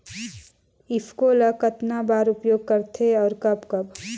ईफको ल कतना बर उपयोग करथे और कब कब?